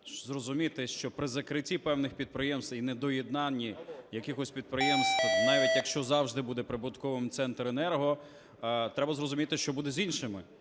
Зрозуміти, що при закритті певних підприємств і недоєднанні якихось підприємств, навіть якщо завжди буде прибутковим Центренерго, треба зрозуміти, що буде з іншими.